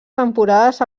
temporades